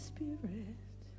Spirit